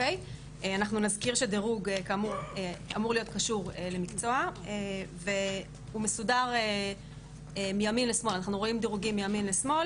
אנחנו נזכיר שדירוג אמור להיות קשור למקצוע והוא מסודר מימין לשמאל.